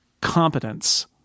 competence